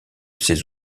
ces